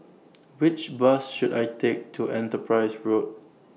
Which Bus should I Take to Enterprise Road